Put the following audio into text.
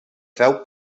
preu